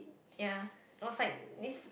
ya it was like this